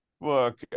look